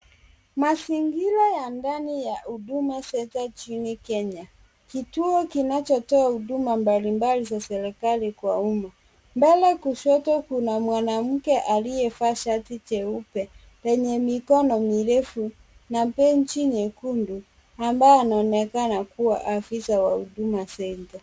Mazingira ya ndani ya Huduma Centre nchini Kenya. Kituo kinachotoa huduma mbalimbali za serikali kwa umma. Mbele kushoto kuna mwanamke aliyevaa shati jeupe lenye mikono mirefu na beji nyekundu ambaye anaonekana kuwa afisa wa Huduma Centre.